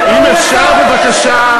אם אפשר, בבקשה,